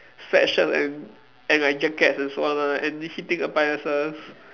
sweatshirt and and like jacket and so on and heating appliances